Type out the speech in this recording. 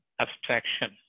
abstraction